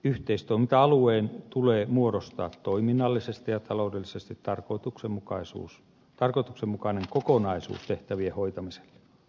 yhteistoiminta alueen tulee muodostaa toiminnallisesti ja taloudellisesti tarkoituksenmukainen kokonaisuus tehtävien hoitamiselle